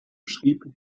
schrieb